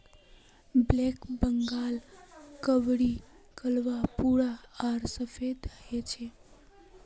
black Bengal बकरीर कलवा भूरा आर सफेद ह छे